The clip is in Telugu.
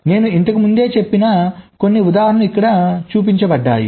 నేను ఇంతకు ముందే చెప్పిన కొన్ని ఉదాహరణలు ఇక్కడ చూపించబడ్డాయి